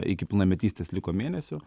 iki pilnametystės liko mėnesių